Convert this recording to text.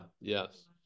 yes